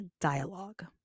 dialogue